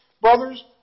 brothers